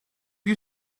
you